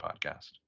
podcast